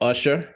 Usher